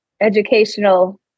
educational